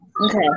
Okay